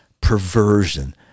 perversion